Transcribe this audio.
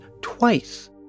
twice